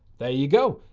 there you go.